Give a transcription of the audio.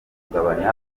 kugabanya